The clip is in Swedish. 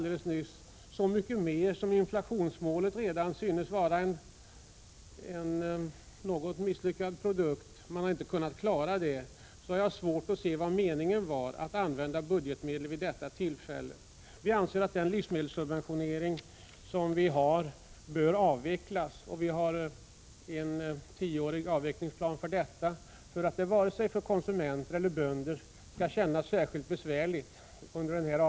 Detta så mycket mindre som denna redan synes ha missat inflationsmålet som jag sade alldeles nyss. Vi anser att den livsmedelssubventionering som nu förekommer bör avvecklas. Vi har en tioårig avvecklingsplan, så att varken konsumenter eller bönder skall känna den särskilt besvärlig.